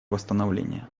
восстановления